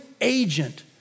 agent